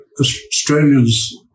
Australians